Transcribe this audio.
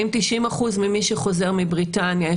האם 90% ממי שחוזר מבריטניה,